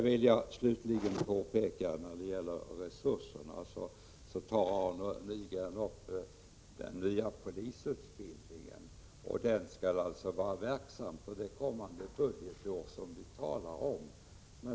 När det slutligen gäller resurserna tog Arne Nygren upp den nya polisutbildningen och sade att den skall vara verksam under det kommande budgetår vi talar om.